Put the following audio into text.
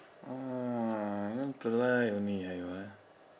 !whoa! you want to lie only ah you ah